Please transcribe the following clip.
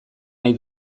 nahi